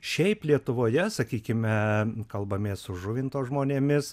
šiaip lietuvoje sakykime kalbamės su žuvinto žmonėmis